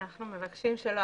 אנחנו מבקשים שלא.